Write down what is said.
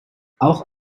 auch